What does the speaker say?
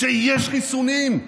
כשיש חיסונים,